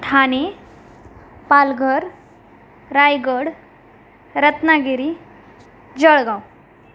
Thane Palghar Raigad Ratnagiri Jalgaon